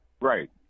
right